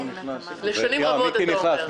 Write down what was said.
מיקי נכנס.